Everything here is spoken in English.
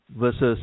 versus